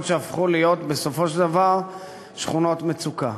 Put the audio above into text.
שהפכו להיות בסופו של דבר שכונות מצוקה.